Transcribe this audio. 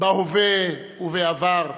בהווה ובעבר,